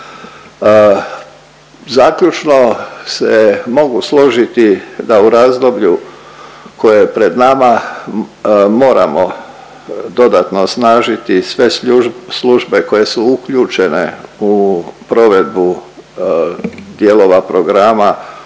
Zaključno se mogu složiti da u razdoblju koje je pred nama moramo dodatno osnažiti sve službe koje su uključene u provedbu dijelova programa,